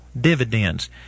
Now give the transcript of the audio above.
dividends